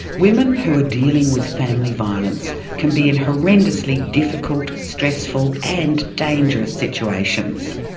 women who are dealing with family violence can be in horrendously difficult, stressful and dangerous situations.